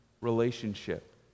relationship